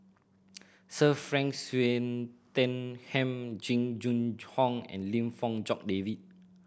Sir Frank Swettenham Jing Jun Hong and Lim Fong Jock David